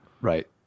Right